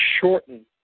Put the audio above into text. shorten